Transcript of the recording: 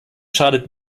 schadet